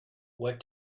what